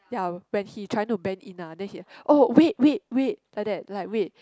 ya when he trying to bend in ah then he ah oh wait wait wait like that like wait